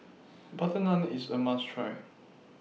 Butter Naan IS A must Try